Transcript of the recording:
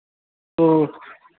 تو